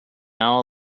all